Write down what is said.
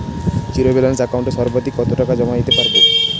Zero balance একাউন্টে সর্বাধিক কত টাকা জমা দিতে পারব?